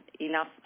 enough